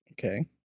Okay